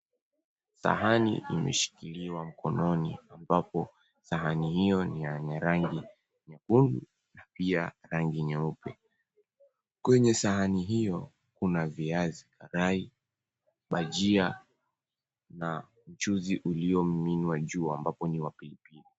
Sahani imeshikiliwa mkononi ambapo sahani hiyo ni yenye rangi nyekundu na pia rangi nyeupe. Kwenye sahani hiyo kuna viazi karai, bajia na mchuzi uliomiminwa juu mbapo ni wa pilipili.